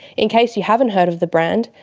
in case you haven't heard of the brand,